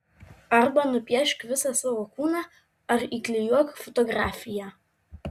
arba nupiešk visą savo kūną ar įklijuok fotografiją